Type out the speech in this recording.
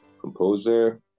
composer